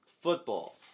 football